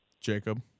jacob